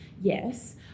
yes